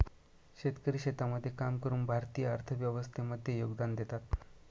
शेतकरी शेतामध्ये काम करून भारतीय अर्थव्यवस्थे मध्ये योगदान देतात